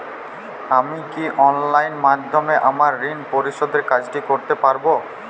আমি কি অনলাইন মাধ্যমে আমার ঋণ পরিশোধের কাজটি করতে পারব?